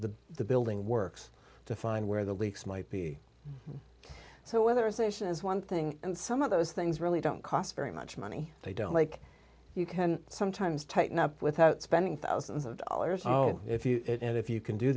the the building works to find where the leaks might be so whether it's aisha's one thing and some of those things really don't cost very much money they don't like you can sometimes tighten up without spending thousands of dollars on if you if you can do